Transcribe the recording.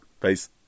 Peace